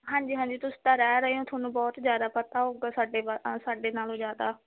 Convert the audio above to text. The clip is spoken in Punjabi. ਹਾਂਜੀ ਹਾਂਜੀ ਤੁਸੀਂ ਤਾਂ ਰਹਿ ਰਹੇ ਹੋ ਤੁਹਾਨੂੰ ਬਹੁਤ ਜ਼ਿਆਦਾ ਪਤਾ ਹੋਊਗਾ ਸਾਡੇ ਬਾ ਸਾਡੇ ਨਾਲੋਂ ਜ਼ਿਆਦਾ